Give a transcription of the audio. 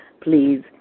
please